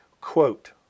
Quote